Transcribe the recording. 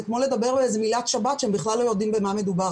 זה כמו לדבר על איזה מילת שבת שהם בכלל לא יודעים במה מדובר.